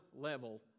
level